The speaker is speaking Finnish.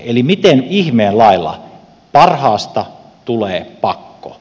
eli miten ihmeen lailla parhaasta tulee pakko